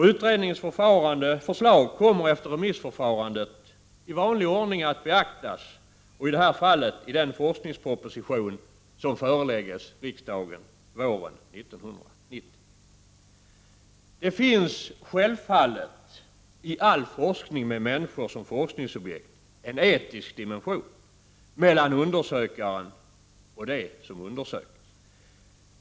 Utredningens förslag kommer efter remissförfarandet i vanlig ordning att beaktas i den forskningsproposition som föreläggs riksdagen våren 1990. Det finns självfallet i all forskning med människor som forskningsobjekt en etisk dimension mellan undersökaren och det som undersöks.